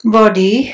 body